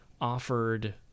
offered